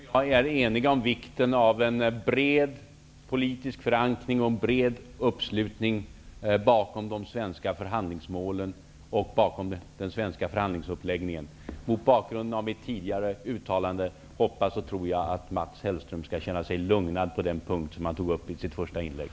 Fru talman! Mats Hellström och jag är eniga om vikten av en bred politisk förankring och en bred uppslutning bakom de svenska förhandlingsmålen och bakom den svenska förhandlingsuppläggningen. Mot bakgrund av mitt tidigare uttalande hoppas och tror jag att Mats Hellström skall känna sig lugnad på den punkt som han tog upp i sitt första inlägg.